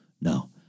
No